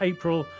April